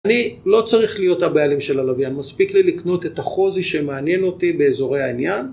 אני לא צריך להיות הבעלים של הלוויין, מספיק לי לקנות את החוזי שמעניין אותי באזורי העניין.